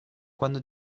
quando